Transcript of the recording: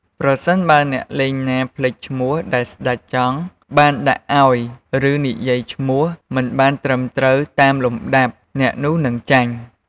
ប្រសិនបើអ្នកលេងណា ភ្លេចឈ្មោះដែលស្តេចចង់ បានដាក់អោយ ឬនិយាយឈ្មោះមិនបានត្រឹមត្រូវតាមលំដាប់ អ្នកនោះនឹងចាញ់។